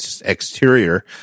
exterior